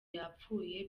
yapfuye